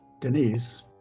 Denise